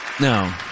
No